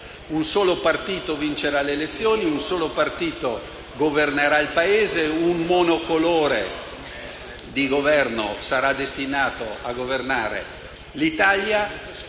Un solo partito vincerà le elezioni; un solo partito governerà il Paese; un monocolore di Governo sarà destinato a governare l'Italia;